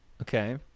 okay